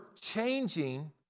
changing